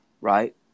right